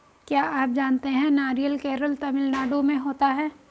क्या आप जानते है नारियल केरल, तमिलनाडू में होता है?